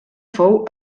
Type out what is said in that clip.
fou